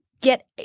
get –